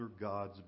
gods